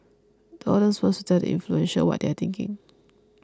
the audience wants to tell the influential what they are thinking